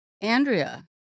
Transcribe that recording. Andrea